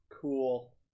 Cool